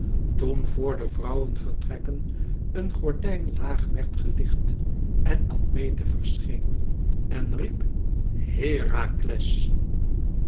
toen voor de vrouwenvertrekken een gordijn laag werd gelicht en admete verscheen en riep herakles